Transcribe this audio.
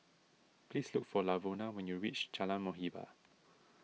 please look for Lavona when you reach Jalan Muhibbah